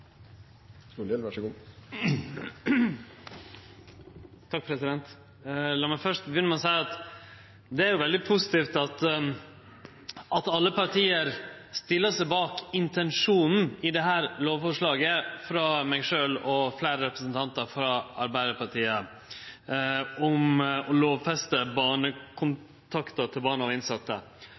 veldig positivt at alle parti stiller seg bak intensjonen i dette lovforslaget frå meg sjølv og fleire representantar frå Arbeidarpartiet om å lovfeste barnekontakt til barn av innsette.